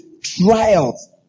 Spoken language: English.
trials